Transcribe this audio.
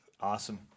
Awesome